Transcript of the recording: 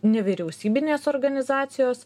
nevyriausybinės organizacijos